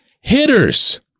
hitters